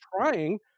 trying